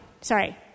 Sorry